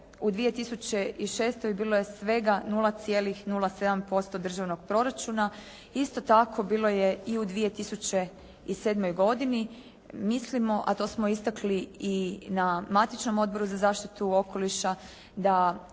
u 2006. bilo je svega 0,97% državnog proračuna. Isto tako bilo je i u 2007. godini. Mislimo, a to smo istakli i na matičnom Odboru za zaštitu okoliša, da